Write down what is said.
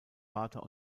vater